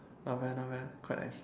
not bad not bad quite nice